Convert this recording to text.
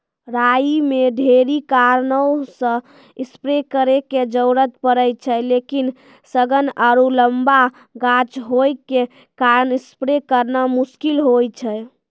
राई मे ढेरी कारणों से स्प्रे करे के जरूरत पड़े छै लेकिन सघन आरु लम्बा गाछ होय के कारण स्प्रे करना मुश्किल होय छै?